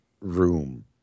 room